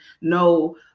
no